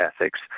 ethics